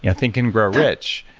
yeah think and grow rich.